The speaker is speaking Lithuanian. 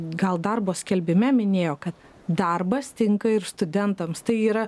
gal darbo skelbime minėjo kad darbas tinka ir studentams tai yra